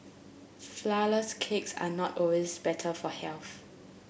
flourless cakes are not always better for health